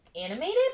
animated